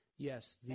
Yes